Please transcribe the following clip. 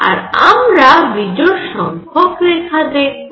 আর আমরা বিজোড় সংখ্যক রেখা দেখব